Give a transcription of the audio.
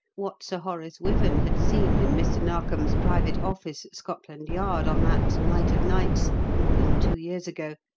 what sir horace wyvern had seen in mr. narkom's private office at scotland yard on that night of nights more than two years ago,